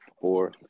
Four